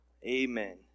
Amen